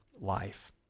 life